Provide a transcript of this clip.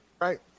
Right